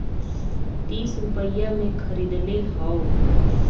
तीस रुपइया मे खरीदले हौ